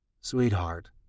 Sweetheart